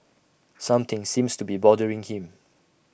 something seems to be bothering him